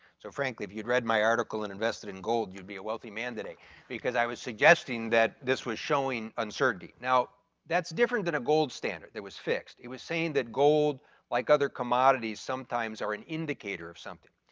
so frankly if you've read my article and invested in gold, you'll be a wealthy man today because i was suggesting that this was showing uncertainty. now that's different than a gold standard, that was fixed, it was saying that gold like other commodities sometimes are an indicator of something.